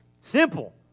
Simple